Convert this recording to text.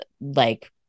like-